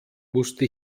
musste